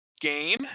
game